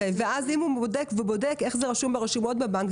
ואם הוא בודק איך זה רשום ברשומות בבנק,